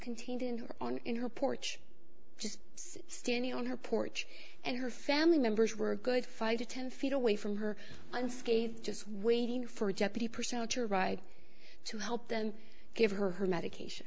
contained in her own in her porch just standing on her porch and her family members were a good five to ten feet away from her unscathed just waiting for jeopardy purcel to ride to help them give her her medication